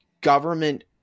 government